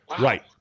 Right